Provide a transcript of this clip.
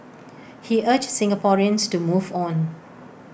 he urged Singaporeans to move on